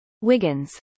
Wiggins